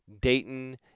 Dayton